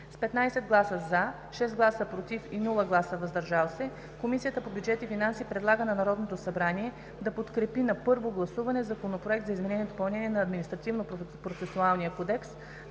15 гласа „за”, 6 гласа „против“, без „въздържал се”, Комисията по бюджет и финанси предлага на Народното събрание да подкрепи на първо гласуване Законопроект за изменение и допълнение на Административнопроцесуалния кодекс,